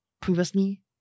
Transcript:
Previously